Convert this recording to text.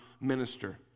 minister